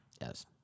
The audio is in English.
Yes